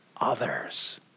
others